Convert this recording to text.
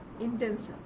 intention